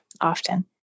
often